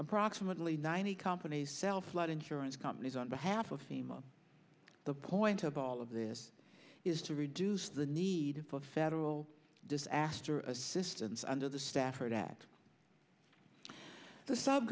approximately nine the companies sell flood insurance companies on behalf of sima the point of all of this is to reduce the need for federal disaster assistance under the stafford act the sub